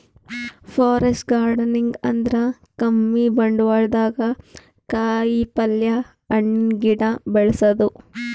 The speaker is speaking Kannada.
ಫಾರೆಸ್ಟ್ ಗಾರ್ಡನಿಂಗ್ ಅಂದ್ರ ಕಮ್ಮಿ ಬಂಡ್ವಾಳ್ದಾಗ್ ಕಾಯಿಪಲ್ಯ, ಹಣ್ಣಿನ್ ಗಿಡ ಬೆಳಸದು